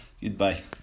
Goodbye